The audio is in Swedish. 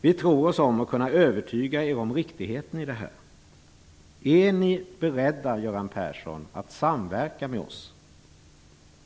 Vi tror oss om att kunna övertyga er om riktigheten i detta. Är ni beredda, Göran Persson, att samverka med oss,